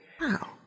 Wow